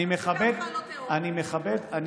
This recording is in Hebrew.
"אלוהים לא תקלל ונשיא בעמך לא תאֹר".